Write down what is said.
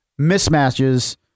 mismatches